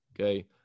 okay